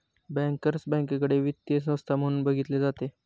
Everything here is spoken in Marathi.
बँकर्स बँकेकडे वित्तीय संस्था म्हणून बघितले जाते